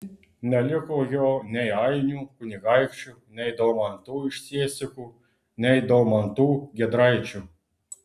neliko jo nei ainių kunigaikščių nei daumantų iš siesikų nei daumantų giedraičių